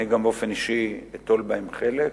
אני גם באופן אישי אטול בהם חלק,